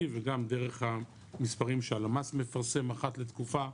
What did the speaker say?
וגם דרך המספרים שהלמ"ס מפרסם אחת לתקופה,